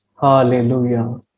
Hallelujah